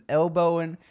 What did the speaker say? elbowing